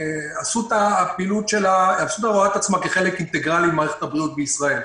אסותא רואה את עצמה כחלק אינטגרלי ממערכת הבריאות בישראל,